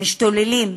משתוללים,